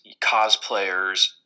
cosplayers